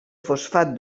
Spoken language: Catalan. fosfat